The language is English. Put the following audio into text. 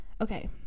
Okay